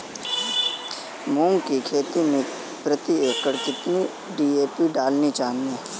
मूंग की खेती में प्रति एकड़ कितनी डी.ए.पी डालनी चाहिए?